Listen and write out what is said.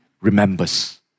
remembers